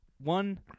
One